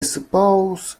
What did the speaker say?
suppose